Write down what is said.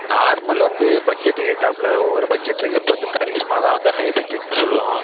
normal வந்து பட்ஜெட்டுக்கு ஏற்றாப்ல ஒரு பட்ஜெட் இருக்கு இப்போ வந்து கரிஷ்மா தான் ஹை பட்ஜெட்ன்னு சொல்லுவோம்